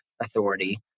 authority